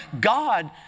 God